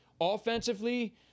Offensively